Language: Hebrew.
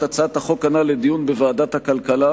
הצעת החוק הנ"ל לדיון בוועדת הכלכלה,